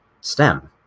STEM